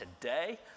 today